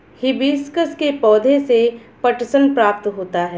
hibiscus के पौधे से पटसन प्राप्त होता है